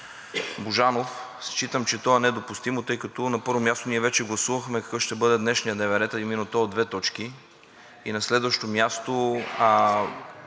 Божанов – считам че то е недопустимо, тъй като на първо място, ние вече гласувахме какъв ще бъде днешният дневен ред, а именно той е от две точки и на следващо място,